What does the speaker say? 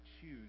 choose